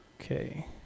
Okay